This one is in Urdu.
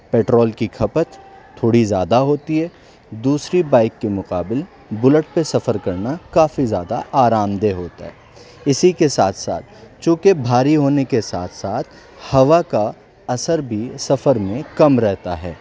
پٹرول کی کھپت تھوڑی زیادہ ہوتی ہے دوسری بائک کے مقابل بلیٹ پہ سفر کرنا کافی زیادہ آرام دہ ہوتا ہے اسی کے ساتھ ساتھ چونکہ بھاری ہونے کے ساتھ ساتھ ہوا کا اثر بھی سفر میں کم رہتا ہے